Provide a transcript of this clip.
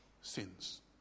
sins